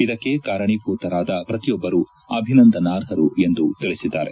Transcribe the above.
ಇದಕ್ಕೆ ಕಾರಣೀಭೂತರಾದ ಪ್ರತಿಯೊಬ್ಲರೂ ಅಭಿನಂದನಾರ್ಹರು ಎಂದು ತಿಳಿಸಿದ್ದಾರೆ